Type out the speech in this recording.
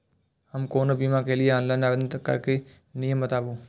हम कोनो बीमा के लिए ऑनलाइन आवेदन करीके नियम बाताबू?